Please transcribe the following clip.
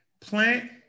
plant